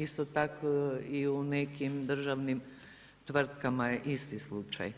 Isto tako i u nekim državnim tvrtkama je isti slučaj,